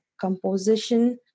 composition